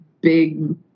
big